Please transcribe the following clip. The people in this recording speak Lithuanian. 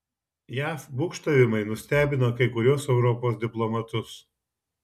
jav būgštavimai nustebino kai kuriuos europos diplomatus